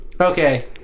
Okay